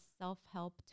self-help